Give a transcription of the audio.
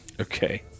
Okay